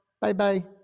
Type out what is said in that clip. bye-bye